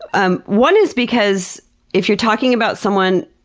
um one is because if you're talking about someone,